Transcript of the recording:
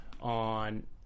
on